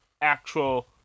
actual